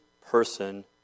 person